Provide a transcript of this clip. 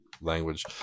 language